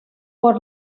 por